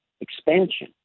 expansion